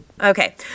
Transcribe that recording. Okay